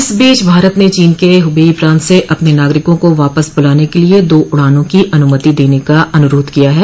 इस बीच भारत ने चीन के हुबेइ प्रांत से अपने नागरिकों को वापस बुलाने के लिए दो उड़ानों की अनुमति देने का अनुरोध किया है